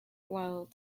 while